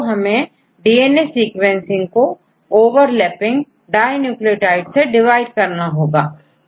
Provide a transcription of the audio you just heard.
तो हमें DNA sequence को ओवरलैपिंग डाई न्यूक्लियोटाइड से डिवाइड करना होगा